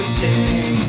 sing